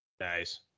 Nice